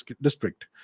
district